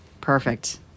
Perfect